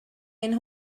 ein